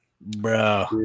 Bro